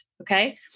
Okay